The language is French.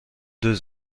deux